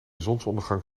zonsondergang